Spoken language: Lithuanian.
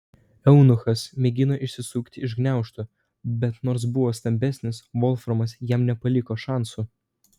eunuchas mėgino išsisukti iš gniaužtų bet nors buvo stambesnis volframas jam nepaliko šansų